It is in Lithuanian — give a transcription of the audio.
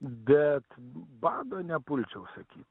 bet bado nepulčiau sakyt